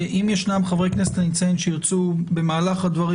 נעביר